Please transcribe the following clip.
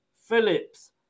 Phillips